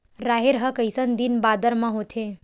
राहेर ह कइसन दिन बादर म होथे?